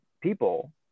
people